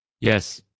Yes